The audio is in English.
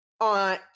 On